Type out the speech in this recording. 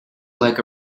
like